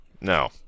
No